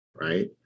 right